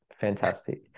Fantastic